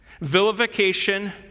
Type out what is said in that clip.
Vilification